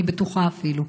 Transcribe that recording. אני בטוחה, אפילו.